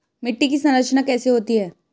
मिट्टी की संरचना कैसे होती है?